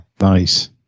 Nice